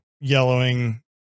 yellowing